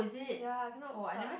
ya cannot plug